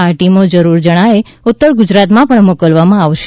આ ટીમો જરૂર જણાયે ઉત્તર ગુજરાતમાં પણ મોકલવામાં આવશે